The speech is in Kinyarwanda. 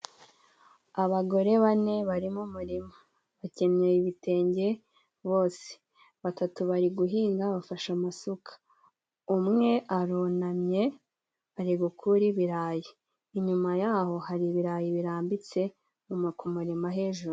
Abagore bane bari mu murima bakenyeye ibitenge bose, batatu bari guhinga bafashe amasuka ,umwe arunamye ari gukura ibirayi, inyuma yaho hari ibirayi birambitse umu ku murima hejuru.